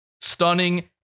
Stunning